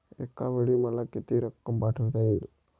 एकावेळी मला किती रक्कम पाठविता येईल?